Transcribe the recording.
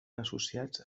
associats